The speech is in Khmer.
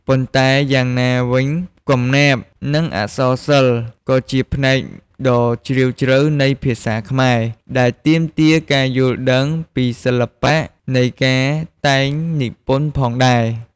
ប៉ុន្តែយ៉ាងណាវិញ កំណាព្យ និងអក្សរសិល្ប៍ ក៏ជាផ្នែកដ៏ជ្រាលជ្រៅនៃភាសាខ្មែរ ដែលទាមទារការយល់ដឹងពីសិល្បៈនៃការតែងនិពន្ធផងដែរ។